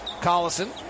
Collison